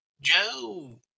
Joe